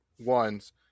ones